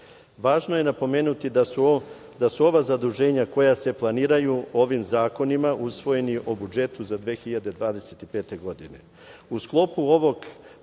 Važno je napomenuti da su ova zaduženja koja se planiraju ovim zakonima usvojeni u budžetu za 2025. godinu.U